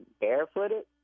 Barefooted